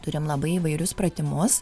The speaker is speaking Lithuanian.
turim labai įvairius pratimus